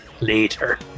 later